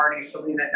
Selena